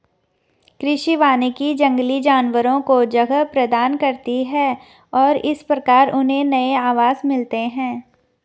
कृषि वानिकी जंगली जानवरों को जगह प्रदान करती है और इस प्रकार उन्हें नए आवास मिलते हैं